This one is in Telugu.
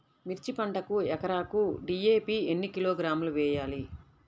మిర్చి పంటకు ఎకరాకు డీ.ఏ.పీ ఎన్ని కిలోగ్రాములు వేయాలి?